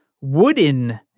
wooden